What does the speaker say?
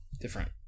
different